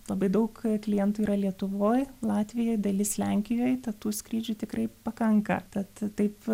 labai daug klientų yra lietuvoj latvijoj dalis lenkijoj tad tų skrydžių tikrai pakanka tad taip